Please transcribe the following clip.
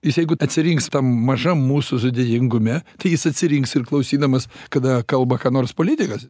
jis jeigu atsirinks mažam mūsų sudėtingume tai jis atsirinks ir klausydamas kada kalba ką nors politikas